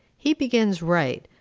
he begins right,